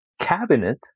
cabinet